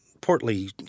portly